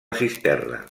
cisterna